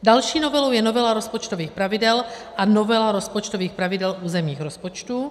Další novelou je novela rozpočtových pravidel a novela rozpočtových pravidel územních rozpočtů.